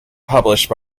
published